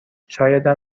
شایدم